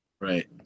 right